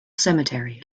cemetery